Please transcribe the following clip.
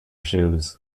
shoes